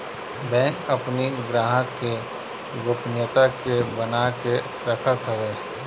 bank अपनी ग्राहक के गोपनीयता के बना के रखत हवे